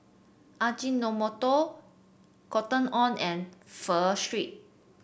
Ajinomoto Cotton On and Pho Street